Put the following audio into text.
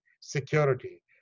security